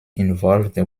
involved